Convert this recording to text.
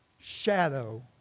shadow